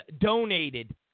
donated